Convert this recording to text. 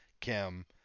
Kim